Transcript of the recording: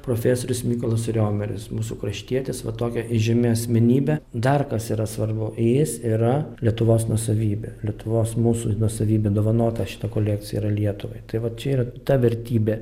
profesorius mykolas riomeris mūsų kraštietis va tokia įžymi asmenybė dar kas yra svarbu jis yra lietuvos nuosavybė lietuvos mūsų nuosavybė dovanota šita kolekcija yra lietuvai tai vat čia ir ta vertybė